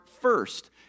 first